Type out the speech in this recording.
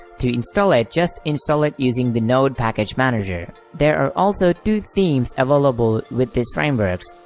to install it, just install it using the node package manager. there are also two themes available with this frameworks,